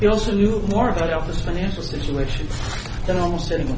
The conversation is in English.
he also knew more about office financial situations than almost any